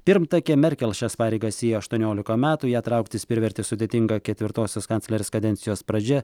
pirmtakė merkel šias pareigas ėjo aštuoniolika metų ją trauktis privertė sudėtinga ketvirtosios kanclerės kadencijos pradžia